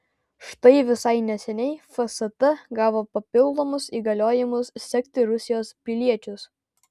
štai visai neseniai fst gavo papildomus įgaliojimus sekti rusijos piliečius